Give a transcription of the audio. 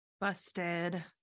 Busted